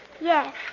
Yes